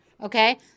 okay